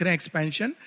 expansion